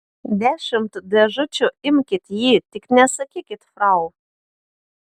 dešimt dėžučių imkit jį tik nesakykit frau